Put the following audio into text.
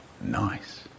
Nice